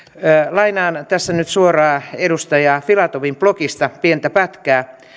lainaan tässä nyt suoraan edustaja filatovin blogista pientä pätkää